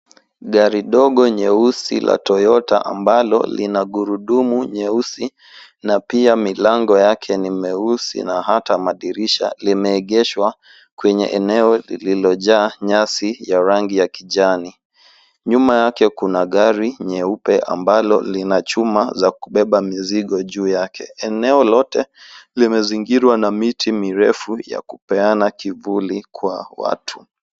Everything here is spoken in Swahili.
Gari dogo nyeusi la Toyota ambalo lina gurudumu nyeusi na pia milango yake ni meusi na hata madirisha limeegeshwa kwenye eneo lililojaa nyasi ya rangi ya kijani. Nyuma yake kuna gari nyeupe ambalo lina chuma za kubeba mizigo juu yake. Eneo lote limezingirwa na miti mirefu ya kupeana kivuli kwa watu.